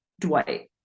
Dwight